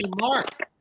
Mark